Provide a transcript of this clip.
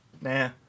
Nah